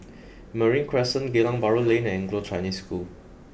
Marine Crescent Geylang Bahru Lane and Anglo Chinese School